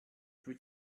plus